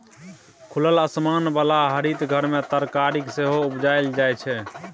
खुलल आसमान बला हरित घर मे तरकारी सेहो उपजाएल जाइ छै